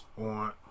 on